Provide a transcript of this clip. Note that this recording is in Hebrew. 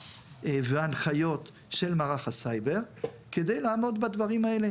והנחיות של מערך הסייבר כדי לעמוד בדברים האלה.